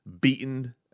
beaten